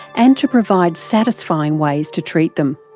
and to provide satisfying ways to treat them.